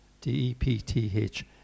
D-E-P-T-H